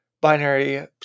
binary